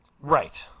Right